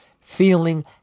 feeling